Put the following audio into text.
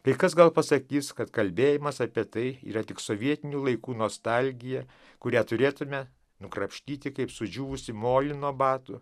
kai kas gal pasakys kad kalbėjimas apie tai yra tik sovietinių laikų nostalgija kurią turėtumėme nukrapštyti kaip sudžiūvusį molį nuo batų